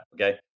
okay